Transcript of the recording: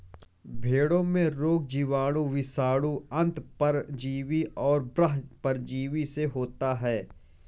भेंड़ों में रोग जीवाणु, विषाणु, अन्तः परजीवी और बाह्य परजीवी से होता है